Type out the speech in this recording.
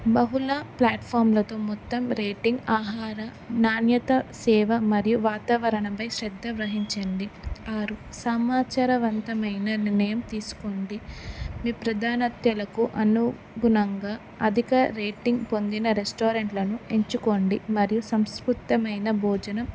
బహుల ప్లాట్ఫామ్లతో మొత్తం రేటింగ్ ఆహార నాణ్యత సేవ మరియు వాతావరణంపై శ్రద్ధ వహించండి ఆరు సమాచారవంతమైన నిర్ణయం తీసుకోండి మీ ప్రధాన్యతలకు అనుగుణంగా అధిక రేటింగ్ పొందిన రెస్టారెంట్లను ఎంచుకోండి మరియు సంస్కృతమైన భోజనం